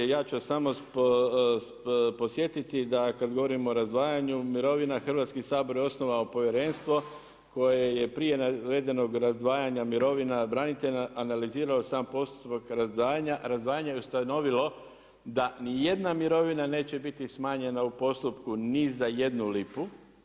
Ja ću samo podsjetiti da kad govorimo o razdvajanju mirovina, Hrvatski sabor je osnovao povjerenstvo koje je prije navedenog razdvajanja mirovina branitelja analizirala sam postupak razdvajanja i ustanovilo da nijedna mirovina neće biti smanjena u postupku ni za jednu lipu.